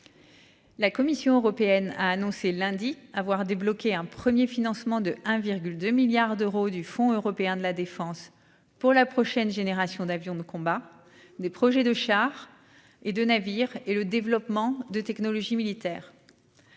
La Commission européenne a annoncé lundi avoir débloqué un 1er financement de 1,2 milliards d'euros du Fonds européen de la défense pour la prochaine génération d'avions de combat des projets de char et de navires et le développement de technologies militaires.--